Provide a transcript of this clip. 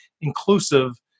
inclusive